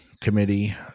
committee